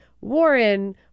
Warren